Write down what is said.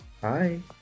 Hi